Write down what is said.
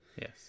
Yes